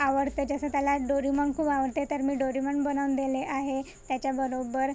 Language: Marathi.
आवडते जसं त्याला डोरेमॉन खूप आवडते तर मी डोरेमॉन बनवून देले आहे त्याच्या बरोबर